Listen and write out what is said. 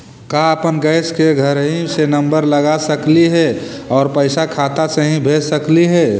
का अपन गैस के घरही से नम्बर लगा सकली हे और पैसा खाता से ही भेज सकली हे?